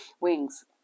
wings